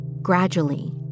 Gradually